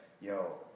yo